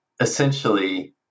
essentially